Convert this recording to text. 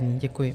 Děkuji.